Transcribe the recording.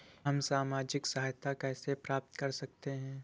हम सामाजिक सहायता कैसे प्राप्त कर सकते हैं?